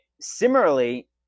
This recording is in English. similarly